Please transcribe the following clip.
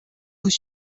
vous